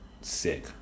sick